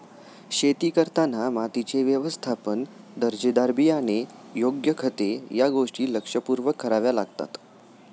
शेती करताना मातीचे व्यवस्थापन, दर्जेदार बियाणे, योग्य खते या गोष्टी लक्षपूर्वक कराव्या लागतात